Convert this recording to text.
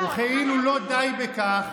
וכאילו לא די בכך,